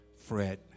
Fret